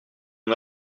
mon